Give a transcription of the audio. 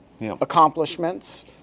accomplishments